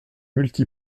multi